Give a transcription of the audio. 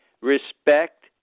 Respect